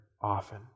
often